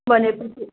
भनेपछि